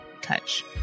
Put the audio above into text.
touch